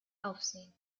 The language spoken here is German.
aufsehen